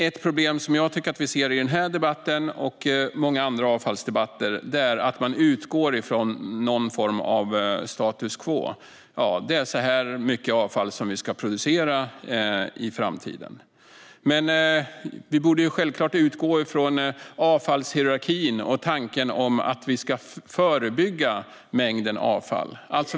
Ett problem som vi ser i den här debatten, och i många andra avfallsdebatter, är att man utgår från någon form av status quo, det vill säga att det är så här mycket avfall vi ska producera i framtiden. Men vi borde självklart utgå från avfallshierarkin och tanken om att vi ska förebygga mängden avfall.